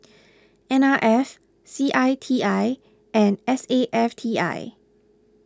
N R F C I T I and S A F T I